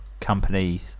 company